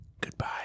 Goodbye